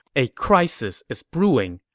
a crisis is brewing.